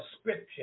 scripture